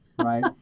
Right